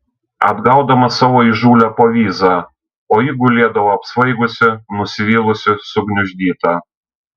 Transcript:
atgaudamas savo įžūlią povyzą o ji gulėdavo apsvaigusi nusivylusi sugniuždyta